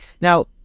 Now